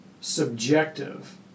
subjective